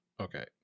Okay